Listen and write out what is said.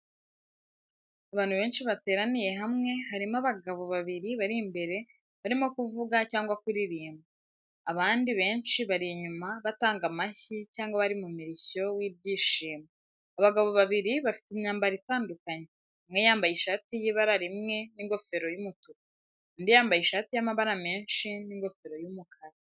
Abantu benshi bateraniye hamwe, harimo abagabo babiri bari imbere barimo kuvuga cyangwa kuririmba, abandi benshi bari inyuma batanga amashyi cyangwa bari mu murishyo w'ibyishimo. Abagabo babiri bafite imyambaro itandukanye, umwe yambaye ishati y'ibara rimwe n’ingofero y’umutuku, undi yambaye ishati y’amabara menshi n’ingofero y’umukara.